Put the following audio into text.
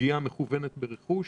ופגיעה מכוונת ברכוש.